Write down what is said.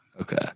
Okay